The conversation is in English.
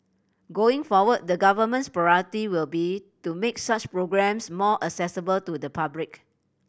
going forward the Government's priority will be to make such programmes more accessible to the public